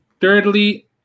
Thirdly